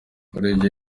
urebye